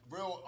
Real